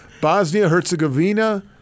Bosnia-Herzegovina